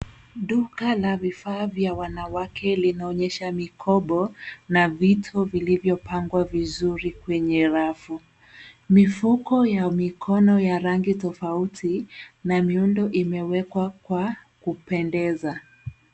Duka la vifaa vya wanawake linaonyesha mikobo na vito vilivyopangwa vizuri kwenye rafu. Mifuko ya mikono ya rangi tofauti na miundo imewekwa kwa kupendeza.